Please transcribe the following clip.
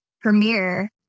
premiere